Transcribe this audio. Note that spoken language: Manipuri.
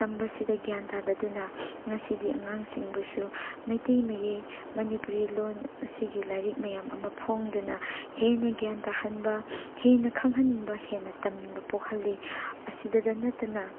ꯇꯝꯕꯁꯤꯗ ꯒ꯭ꯌꯥꯟ ꯇꯥꯗꯗꯨꯅ ꯉꯁꯤꯗꯤ ꯑꯉꯥꯡꯁꯤꯡꯕꯨꯁꯨ ꯃꯩꯇꯩ ꯃꯌꯦꯛ ꯃꯅꯤꯄꯨꯔꯤ ꯂꯣꯟ ꯑꯁꯤꯒꯤ ꯂꯥꯏꯔꯤꯛ ꯃꯌꯥꯝ ꯑꯃ ꯐꯣꯡꯗꯨꯅ ꯍꯦꯟꯅ ꯒ꯭ꯌꯥꯟ ꯇꯥꯍꯟꯕ ꯍꯦꯟꯅ ꯈꯪꯍꯟꯕ ꯍꯦꯟꯅ ꯇꯝꯅꯤꯡꯕ ꯄꯣꯛꯍꯟꯂꯤ ꯑꯁꯤꯗꯗ ꯅꯠꯇꯅ